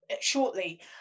shortly